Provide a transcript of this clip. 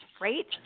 Right